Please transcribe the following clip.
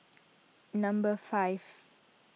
number five